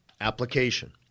Application